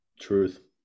Truth